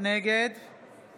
נגד